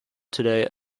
today